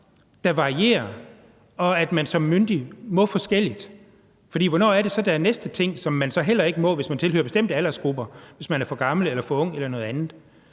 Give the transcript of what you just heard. der varierer, og hvor man som myndig må noget forskelligt? For hvornår er der så en næste ting, som man heller ikke må, hvis man tilhører bestemte aldersgrupper, altså hvis man er for gammel, for ung eller noget andet?